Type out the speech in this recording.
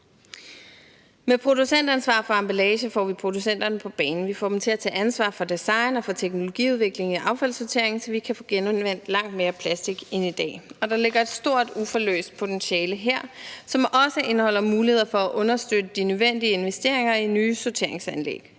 Med producentansvar for emballage får vi producenterne på banen. Vi får dem til at tage ansvar for design og for teknologiudvikling i affaldssorteringen, så vi kan få genanvendt langt mere plastik end i dag. Og der ligger et stort uforløst potentiale her, som også indeholder muligheder for at understøtte de nødvendige investeringer i nye sorteringsanlæg,